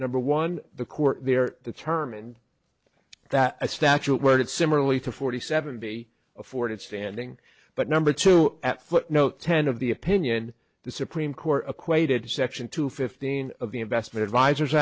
number one the court they're determined that statute where did similarly to forty seven be afforded standing but number two at footnote ten of the opinion the supreme court equated section two fifteen of the investment advisers